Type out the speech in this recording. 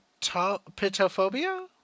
pitophobia